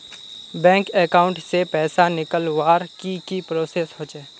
Bank account से पैसा निकालवर की की प्रोसेस होचे?